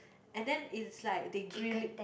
and then it's like they grill it